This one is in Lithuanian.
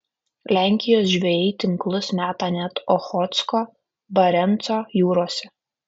lenkijos žvejai tinklus meta net ochotsko barenco jūrose